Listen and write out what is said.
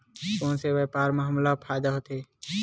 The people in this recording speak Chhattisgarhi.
कोन से व्यापार म हमला फ़ायदा होथे?